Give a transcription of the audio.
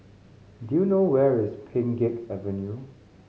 do you know where is Pheng Geck Avenue